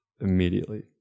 immediately